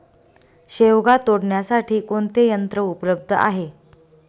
शेवगा तोडण्यासाठी कोणते यंत्र उपलब्ध आहे?